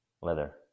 leather